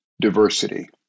diversity